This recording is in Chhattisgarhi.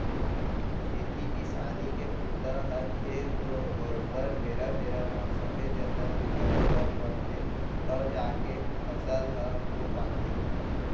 खेती किसानी के बूता ह खेत नो है बरोबर बेरा बेरा म सबे जतन करे बर परथे तव जाके फसल ह हो पाथे